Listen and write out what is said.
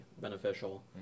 beneficial